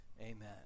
amen